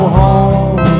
home